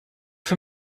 für